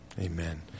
Amen